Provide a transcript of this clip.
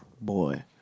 Boy